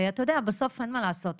אתה יודע בסוף אין מה לעשות,